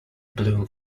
bloom